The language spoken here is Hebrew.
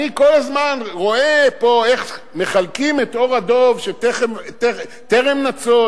אני כל הזמן רואה פה איך מחלקים את עור הדוב שטרם ניצוד.